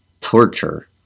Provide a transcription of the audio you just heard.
torture